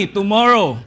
tomorrow